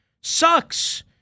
Sucks